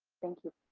thank you.